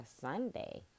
Sunday